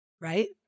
Right